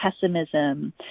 pessimism